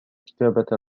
كتابة